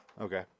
Okay